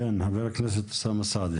חבר הכנסת אוסאמה סעדי.